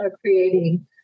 creating